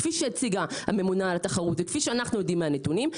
כפי שהציגה הממונה על התחרות וכפי שאנחנו יודעים מהנתונים,